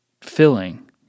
filling